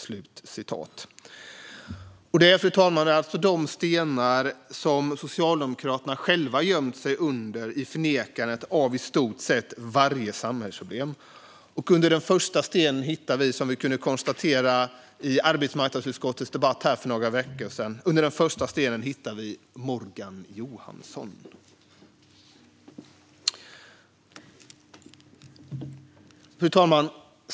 Det, fru talman, är alltså de stenar som Socialdemokraterna själva gömt sig under i förnekandet av i stort sett varje samhällsproblem. Under den första stenen hittar vi, som vi kunde konstatera i arbetsmarknadsutskottets debatt här för några veckor sedan, Morgan Johansson. Fru talman!